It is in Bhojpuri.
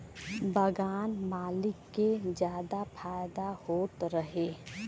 बगान मालिक के जादा फायदा होत रहे